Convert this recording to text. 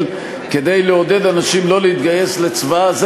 כדי לעודד אנשים שלא להתגייס לצבאה,